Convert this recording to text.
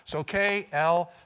so k, l,